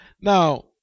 Now